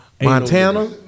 Montana